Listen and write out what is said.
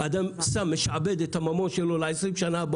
אדם משעבד את הממון שלו ל-20 שנים קדימה